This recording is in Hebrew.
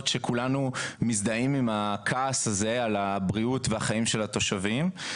שכולנו מזדהים עם הכעס הזה על הבריאות והחיים של התושבים.